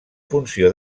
funció